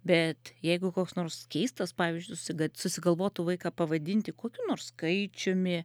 bet jeigu koks nors keistas pavyzdžiui susiga susigalvotų vaiką pavadinti kokiu nors skaičiumi